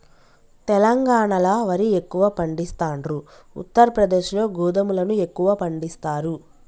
తెలంగాణాల వరి ఎక్కువ పండిస్తాండ్రు, ఉత్తర ప్రదేశ్ లో గోధుమలను ఎక్కువ పండిస్తారు